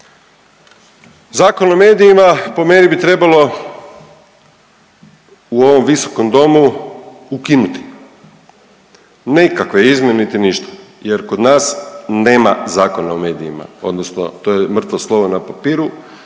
Zakon o medijima po meni bi trebalo u ovom visokom domu ukinuti, nikakve izmjene niti ništa jer kod nas nema Zakona o medijima odnosno to je mrtvo slovo na papiru,